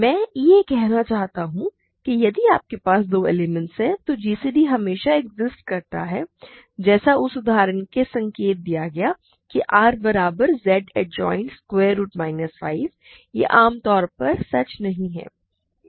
मैं यह कहना चाहता हूं कि यदि आपके पास दो एलिमेंट्स हैं तो gcd हमेशा एक्सिस्ट करता है जैसा उस उदाहरण में संकेत दिया है कि R बराबर Z adjoint square root minus 5 यह आम तौर पर सच नहीं है